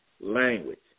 language